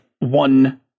one